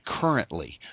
currently